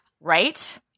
Right